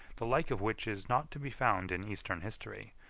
the like of which is not to be found in eastern history,